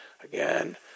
Again